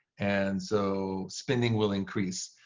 and so spending will increase.